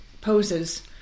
poses